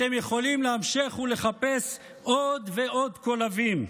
אתם יכולים להמשיך ולחפש עוד ועוד קולבים.